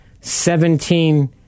seventeen